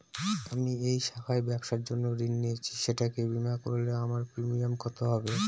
আমি এই শাখায় ব্যবসার জন্য ঋণ নিয়েছি সেটাকে বিমা করলে আমার প্রিমিয়াম কত হবে?